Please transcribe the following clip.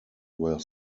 were